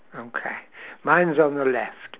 okay mine's on the left